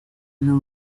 you